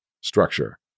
structure